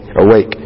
awake